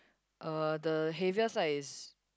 uh the heavier side is